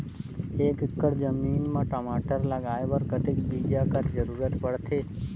एक एकड़ जमीन म टमाटर लगाय बर कतेक बीजा कर जरूरत पड़थे?